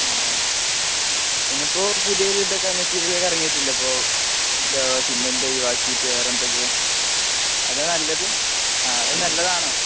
ആ പിന്നെ ഇപ്പോള് പുതിയ ഇതൊക്കെ മെറ്റീരിയലൊക്കെ ഇറങ്ങിയിട്ടില്ലെ ഇപ്പോള് എന്താണ് സിമെൻറ്റ് ഒഴിവാക്കിയിട്ട് വേറെന്തൊക്കെയോ അതാണോ നല്ലത് ആ അത് നല്ലതാണോ